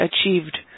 achieved